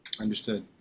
Understood